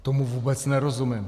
Tomu vůbec nerozumím.